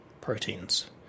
proteins